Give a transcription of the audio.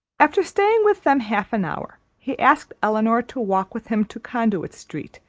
after staying with them half an hour, he asked elinor to walk with him to conduit street,